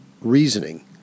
reasoning